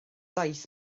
daith